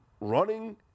running